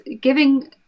giving